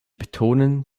betonen